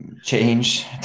change